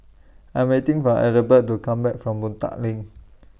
I'm waiting For Adelbert to Come Back from Boon Tat LINK